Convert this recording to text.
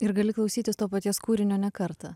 ir gali klausytis to paties kūrinio ne kartą